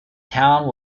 town